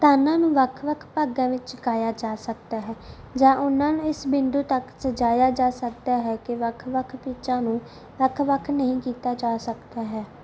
ਤਾਨਾਂ ਨੂੰ ਵੱਖ ਵੱਖ ਭਾਗਾਂ ਵਿੱਚ ਗਾਇਆ ਜਾ ਸਕਦਾ ਹੈ ਜਾਂ ਉਹਨਾਂ ਨੂੰ ਇਸ ਬਿੰਦੂ ਤੱਕ ਸਜਾਇਆ ਜਾ ਸਕਦਾ ਹੈ ਕਿ ਵੱਖ ਵੱਖ ਪਿੱਚਾਂ ਨੂੰ ਵੱਖ ਵੱਖ ਨਹੀਂ ਕੀਤਾ ਜਾ ਸਕਦਾ ਹੈ